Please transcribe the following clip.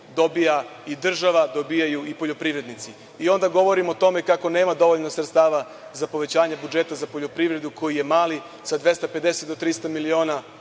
dobijaju i država, dobijaju i poljoprivrednici, a onda govorimo o tome kako nema dovoljno sredstava za povećanje budžeta za poljoprivredu, koji je mali. Sa 250 do 300 miliona